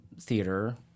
theater